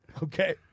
Okay